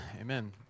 Amen